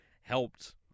helped